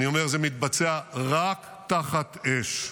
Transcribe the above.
אני אומר, זה מתבצע רק תחת אש.